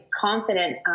confident